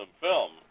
film